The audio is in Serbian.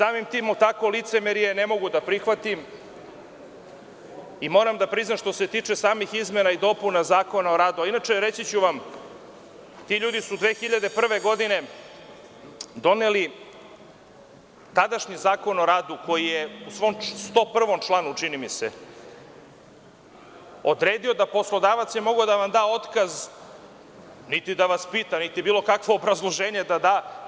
Samim tim takvo licemerje ne mogu da prihvatim i moram da priznam, što se tiče samih izmena i dopuna Zakona o radu, a inače reći ću vam, ti ljudi su 2001. godine doneli tadašnji Zakon o radu koji je u svom, čini mi se, 101. članu odredio da poslodavac je mogao da vam da otkaz, niti da vas pita, niti bilo kakvo obrazloženje da da.